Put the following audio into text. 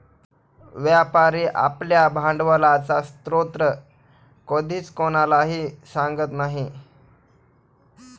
व्यापारी आपल्या भांडवलाचा स्रोत कधीच कोणालाही सांगत नाही